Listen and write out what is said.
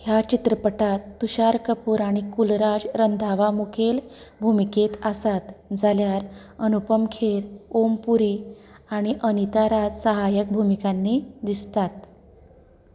ह्या चित्रपटांत तुषार कपूर आनी कुलराज रंधावा मुखेल भुमिकेंत आसात जाल्यार अनुपम खेर ओम पुरी आनी अनिता राज सहाय्यक भुमिकांनी दिसतात